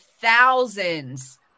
thousands